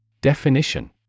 Definition